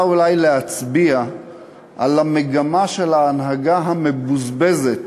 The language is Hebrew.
אולי להצביע על המגמה של ההנהגה המבוזבזת